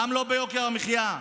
גם לא ביוקר המחיה.